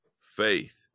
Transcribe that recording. faith